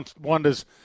wonders